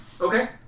Okay